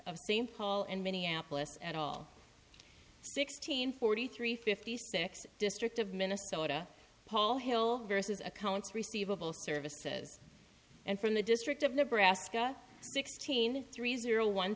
st paul and minneapolis at all sixteen forty three fifty six district of minnesota paul hill various accounts receivable services and from the district of nebraska sixteen three zero one